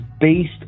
based